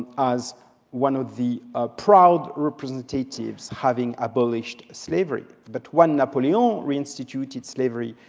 as one of the ah proud representatives, having abolished slavery. but when napoleon reinstituted slavery,